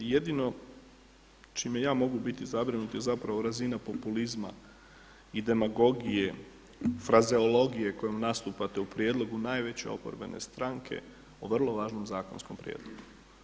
Jedino čime ja mogu biti zabrinut je zapravo razina populizma i demagogije, frazeologije kojom nastupate u prijedlogu najveće oporbene stranke o vrlo važnom zakonskom prijedlogu.